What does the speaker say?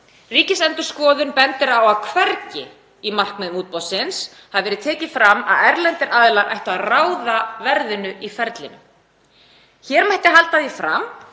Ríkisendurskoðun bendir á að hvergi í markmiðum útboðsins hafi verið tekið fram að erlendir aðilar ættu að ráða verðinu í ferlinu. Hér mætti halda því fram